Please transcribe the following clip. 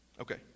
Okay